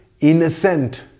innocent